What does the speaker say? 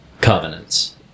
covenants